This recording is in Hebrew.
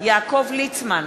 יעקב ליצמן,